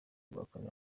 guhakana